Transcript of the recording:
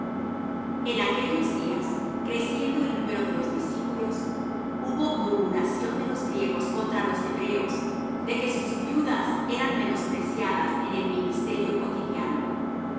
en aquellos días creciendo el número de los discípulos hubo murmuración de los griegos contra los hebreos de que sus viudas eran menospreciadas en el ministerio cotidiano así